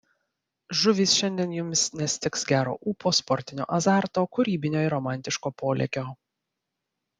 žuvys šiandien jums nestigs gero ūpo sportinio azarto kūrybinio ir romantiško polėkio